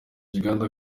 uganda